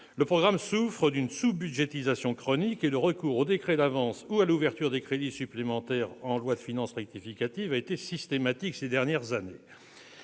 le programme souffre d'une sous-budgétisation chronique, et le recours aux décrets d'avance ou à l'ouverture de crédits supplémentaires en loi de finances rectificative a été systématique ces dernières années.